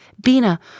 Bina